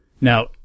Now